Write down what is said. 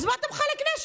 אז מה אתה מחלק נשק?